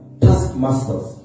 taskmasters